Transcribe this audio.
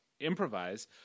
improvise